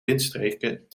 windstreken